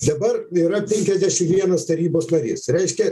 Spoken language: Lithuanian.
dabar yra penkiasdešim vienas tarybos narys reiškia